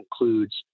includes